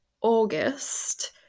August